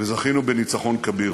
וזכינו בניצחון כביר.